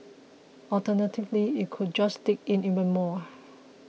alternatively it could just dig in even more